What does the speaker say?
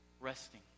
resting